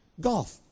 golf